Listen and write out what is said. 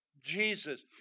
Jesus